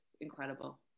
incredible